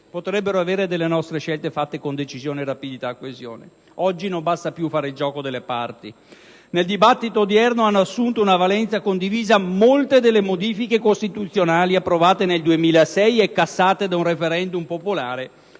potrebbero avere delle nostre scelte fatte con decisione, rapidità e coesione. Oggi non basta più fare il gioco delle parti. Nel dibattito odierno hanno assunto una valenza condivisa molte delle modifiche costituzionali approvate nel 2006 e cassate da un *referendum* popolare